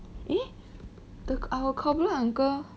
eh the our cobbler uncle